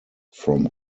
from